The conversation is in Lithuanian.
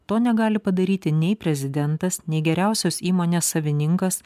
to negali padaryti nei prezidentas nei geriausios įmonės savininkas